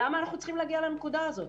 למה אנחנו צריכים להגיע לנקודה הזו,